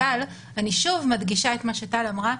אבל אני שוב מדגישה את מה שטל אמרה,